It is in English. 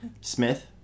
Smith